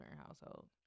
household